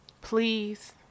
Please